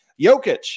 Jokic